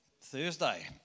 Thursday